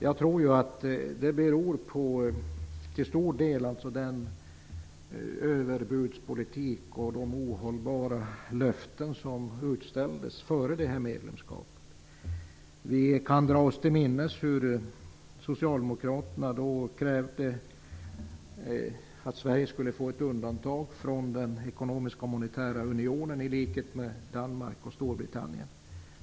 Jag tror att det till stor del beror på den överbudspolitik och de ohållbara löften som utställdes före medlemskapet. Vi kan dra oss till minnes hur Socialdemokraterna då krävde att Sverige, i likhet med Danmark och Storbritannien, skulle få ett undantag från den ekonomiska och monetära unionen.